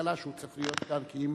הכלכלה שהוא צריך להיות כאן, כי אם